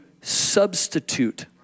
substitute